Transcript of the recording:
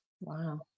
wow